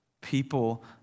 People